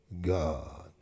God